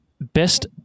Best